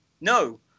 no